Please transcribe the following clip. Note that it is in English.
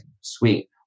sweet